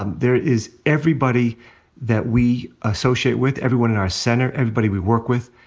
um there is everybody that we associate with, everyone in our center, everybody we work with.